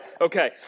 Okay